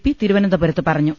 P തിരുവനന്തപുരത്ത് പറഞ്ഞു